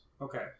Okay